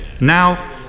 now